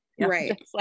Right